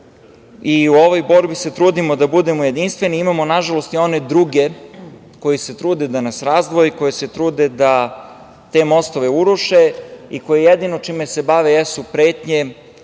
i u ovoj borbi se trudimo da budemo jedinstveni. Imamo, nažalost, i one druge koji se trude da nas razdvoje i koji se trude da te mostove uruše i koji jedino čime se bave jesu pretnje